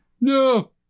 No